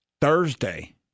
Thursday